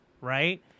right